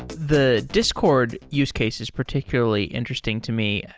the discord use case is particularly interesting to me.